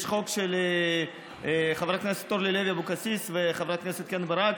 יש חוק של חברת הכנסת אורלי לוי אבקסיס וחברת הכנסת קרן ברק,